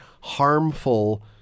harmful